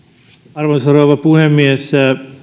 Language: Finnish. arvoisa rouva puhemies